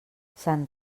sant